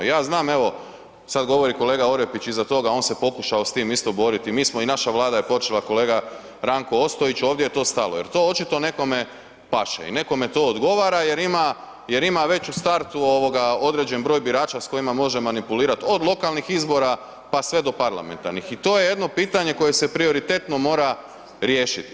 Ja znam evo sada govori kolega Orepić iza toga, on se pokušao s tim isto boriti, mi smo i naša vlada je počela kolega Ranko Ostojić ovdje je to stalo jer to očito nekome paše i nekome to odgovara jer ima već u startu određen broj birača s kojima može manipulirati od lokalnih izbora pa sve do parlamentarnih i to je jedno pitanje koje s prioritetno mora riješiti.